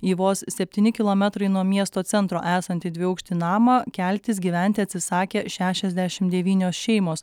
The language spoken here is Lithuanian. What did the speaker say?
į vos septyni kilometrai nuo miesto centro esantį dviaukštį namą keltis gyventi atsisakė šešiasdešim devynios šeimos